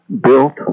built